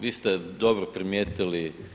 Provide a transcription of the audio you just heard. Vi ste dobro primijetili.